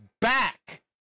back